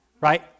right